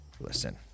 Listen